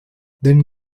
then